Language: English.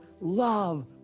love